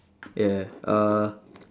yeah uh